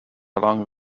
along